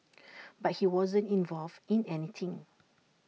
but he wasn't involved in anything